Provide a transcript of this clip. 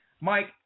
Mike